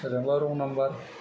सोरजोंबा रं नाम्बार